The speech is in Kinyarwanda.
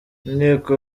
inteko